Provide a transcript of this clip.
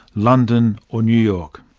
london or new york.